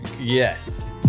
Yes